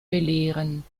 belehren